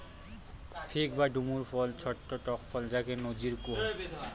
fig বা ডুমুর ফল ছট্ট টক ফল যাকে নজির কুহু